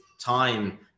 time